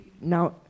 now